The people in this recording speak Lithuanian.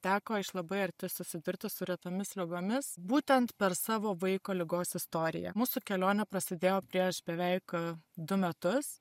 teko iš labai arti susidurti su retomis ligomis būtent per savo vaiko ligos istoriją mūsų kelionė prasidėjo prieš beveik du metus